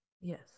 Yes